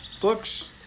books